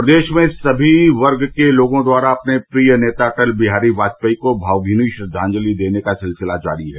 प्रदेश में समी वर्ग के लोगों द्वारा अपने प्रिय नेता अटल बिहारी वाजपेयी को भावमीनी श्रद्वांजलि देने का सिलसिला जारी है